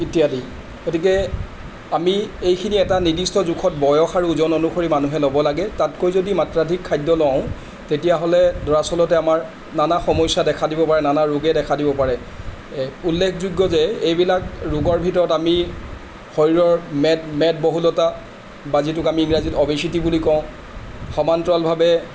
ইত্যাদি গতিকে আমি এইখিনি এটা নিৰ্দিষ্ট জোখত বয়স আৰু ওজন অনুসৰি মানুহে ল'ব লাগে তাতকৈ যদি মাত্ৰাধিক খাদ্য লওঁ তেতিয়াহ'লে দৰাচলতে আমাৰ নানা সমস্যা দেখা দিব পাৰে নানা ৰোগে দেখা দিব পাৰে উল্লেখযোগ্য যে এইবিলাক ৰোগৰ ভিতৰত আমি শৰীৰত মেদ মেদবহুলতা বা যিটোক আমি ইংৰাজীত অবিচিটী বুলি কওঁ সমান্তৰালভাৱে